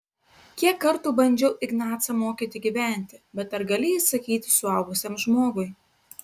kiek kartų bandžiau ignacą mokyti gyventi bet ar gali įsakyti suaugusiam žmogui